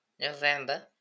November